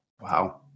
wow